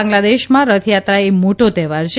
બાંગ્લાદેશમાં રથયાત્રા એ મોટો તહેવાર છે